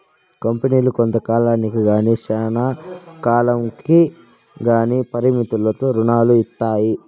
కంపెనీలు కొంత కాలానికి గానీ శ్యానా కాలంకి గానీ పరిమితులతో రుణాలు ఇత్తాయి